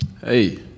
Hey